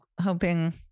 hoping